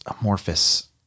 amorphous